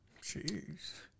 Jeez